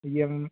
यह हम